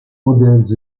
modèles